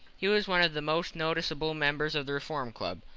he was one of the most noticeable members of the reform club,